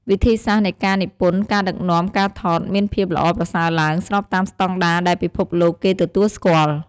វិធីសាស្ត្រនៃការនិពន្ធ ការដឹកនាំ ការថត មានភាពល្អប្រសើរឡើង ស្របតាមស្តង់ដារដែលពិភពលោកគេទទួលស្គាល់។